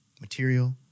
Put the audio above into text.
material